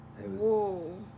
whoa